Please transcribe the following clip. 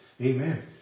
Amen